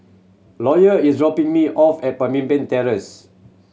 Lawyer is dropping me off at Pemimpin Terrace